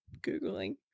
Googling